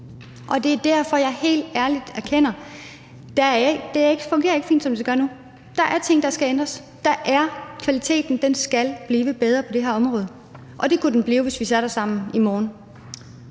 Det er derfor, jeg helt ærligt erkender, at det ikke fungerer fint, som det er nu. Der er ting, der skal ændres. Kvaliteten skal blive bedre på det her område, og det kunne den blive, hvis vi satte os sammen i morgen.